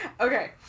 Okay